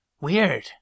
Weird